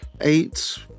eight